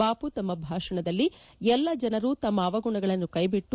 ಬಾಪು ತಮ್ಮ ಭಾಷಣದಲ್ಲಿ ಎಲ್ಲ ಜನರು ತಮ್ಮ ಅವಗುಣಗಳನ್ನು ಕೈಬಿಟ್ಟು